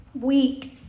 weak